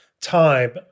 time